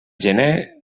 gener